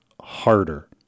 harder